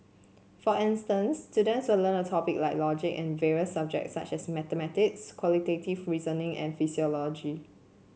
for instance students would learn a topic like logic in various subjects such as mathematics quantitative reasoning and philosophy